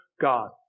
God